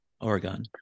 Oregon